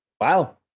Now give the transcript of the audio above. Wow